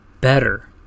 better